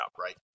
right